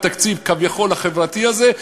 בתקציב הכביכול-חברתי הזה,